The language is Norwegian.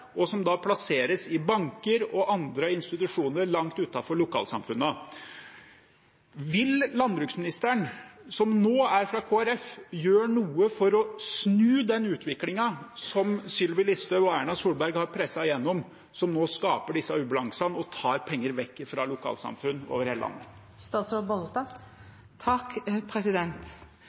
som arbeid, og som plasseres i banker og andre institusjoner langt utenfor lokalsamfunnene. Vil landbruksministeren, som nå er fra Kristelig Folkeparti, gjøre noe for å snu den utviklingen som Sylvi Listhaug og Erna Solberg har presset gjennom, som skaper disse ubalansene og tar penger vekk fra lokalsamfunn over hele